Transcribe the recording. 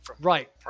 Right